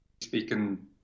speaking